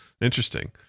Interesting